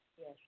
Yes